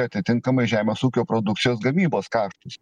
atitinkamai žemės ūkio produkcijos gamybos kaštus